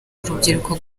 urubyiruko